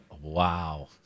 Wow